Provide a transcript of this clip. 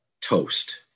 toast